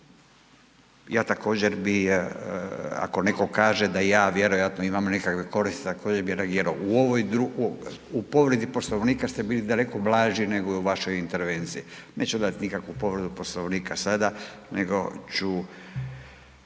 ja također bi ako neko kaže da ja vjerojatno imam nekakve koristi, također bi reagirao. U povredi Poslovnika ste bili daleko blaži nego u vašoj intervenciji, neću dat nikakvu povredu Poslovnika sada nego ću